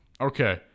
okay